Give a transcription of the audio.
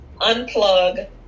unplug